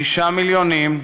שישה מיליונים,